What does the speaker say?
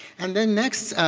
and then next,